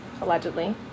allegedly